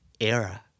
era